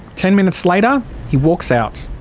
ten minutes later he walks out.